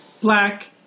Black